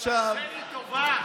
תעשה לי טובה.